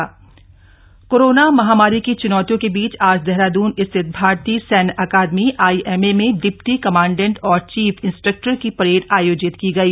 parade समीक्षा IMA corona महामारी की चुनौतियों के बीच आज देहरादून स्थित भारतीय सैन्य अकादमी आईएमए में डिप्टी कमांडेंट और चीफ इंस्ट्रक्टर की परेड आयोजित की गई